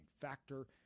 factor